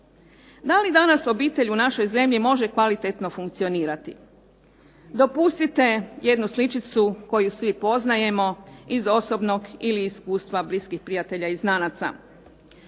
Da li danas obitelj u našoj zemlji može kvalitetno funkcionirati? Dopustite jednu sličicu koju svi poznajemo iz osobnog ili iz iskustva bliskih prijatelja i znanaca.